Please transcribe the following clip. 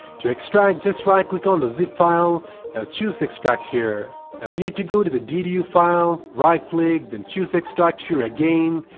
to extract just right click on the zip file, now ah choose extract here. now you need to go to the ddu file right click then choose extract here again.